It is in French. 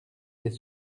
des